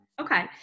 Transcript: Okay